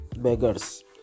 Beggars